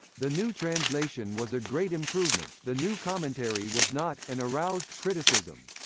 the new translation was a great improvement the new commentary was not, and aroused criticism.